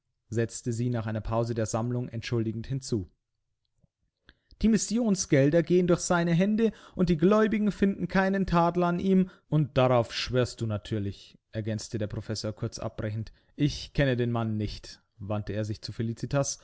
setzte sie nach einer pause der sammlung entschuldigend hinzu die missionsgelder gehen durch seine hände und die gläubigen finden keinen tadel an ihm und darauf schwörst du nun natürlicherweise ergänzte der professor kurz abbrechend ich kenne den mann nicht wandte er sich zu felicitas